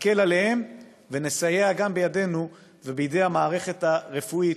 נקל עליהם ונסייע גם בידינו ובידי המערכת הרפואית,